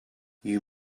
you